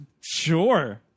Sure